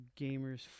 Gamers